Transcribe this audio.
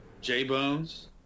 J-Bones